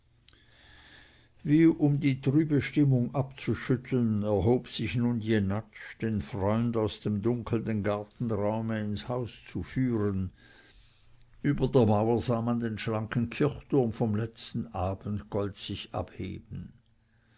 um die trübe stimmung abzuschütteln erhob sich nun jenatsch den freund aus dem dunkelnden gartenraume ins haus zu führen über der mauer sah man den schlanken kirchturm vom letzten abendgold sich abheben